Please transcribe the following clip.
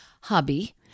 hobby